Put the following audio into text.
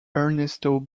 ernesto